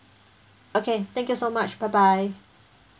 okay thank you so much bye bye